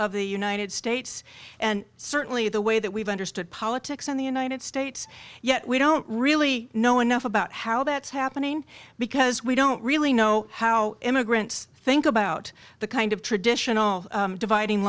of the united states and certainly the way that we've understood politics in the united states yet we don't really know enough about how that's happening because we don't really know how immigrants think about the kind of traditional dividing